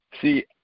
See